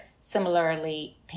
similarly